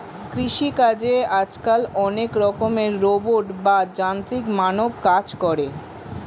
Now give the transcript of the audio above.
কৃষি চাষে আজকাল অনেক রকমের রোবট বা যান্ত্রিক মানব কাজ করে